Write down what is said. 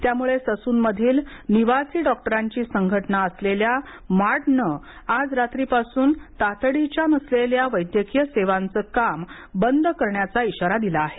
त्यामुळे ससूनमधील निवासी डॉक्टरांची संघटना असलेल्या मार्डने आज रात्री पासून तातडीच्या नसलेल्या वैद्यकीय सेवांचे काम बंद करण्याचा इशारा दिला आहे